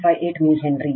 58 milli henry